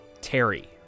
Terry